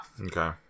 Okay